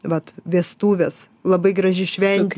vat vestuvės labai graži šventė